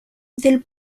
del